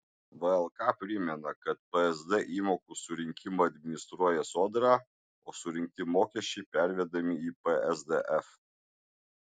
vlk primena kad psd įmokų surinkimą administruoja sodra o surinkti mokesčiai pervedami į psdf